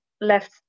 left